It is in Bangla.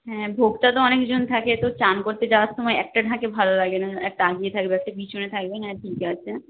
হ্যাঁ ভোগটা তো অনেকজন থাকে তো চান করতে যাওয়ার সময় একটা ঢাকে ভালো লাগে না একটা এগিয়ে থাকবে একটা পিছনে থাকবে